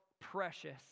precious